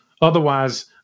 Otherwise